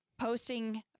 posting